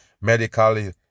medically